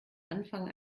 anfang